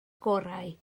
gorau